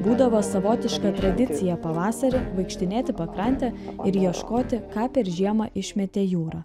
būdavo savotiška tradicija pavasarį vaikštinėti pakrante ir ieškoti ką per žiemą išmetė jūra